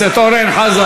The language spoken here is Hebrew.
אי-אפשר להגיד משפט רצוף.